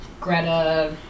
greta